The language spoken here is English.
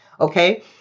Okay